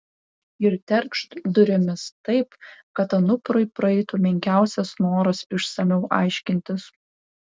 ir terkšt durimis taip kad anuprui praeitų menkiausias noras išsamiau aiškintis